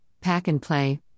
pack-and-play